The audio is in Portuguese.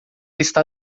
está